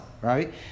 right